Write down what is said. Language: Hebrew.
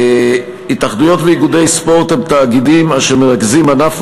התאחדויות ואיגודי ספורט הם תאגידים אשר מרכזים ענף